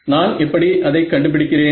நான் எப்படி அதை கண்டுபிடிக்கிறேன்